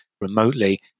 remotely